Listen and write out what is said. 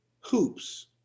hoops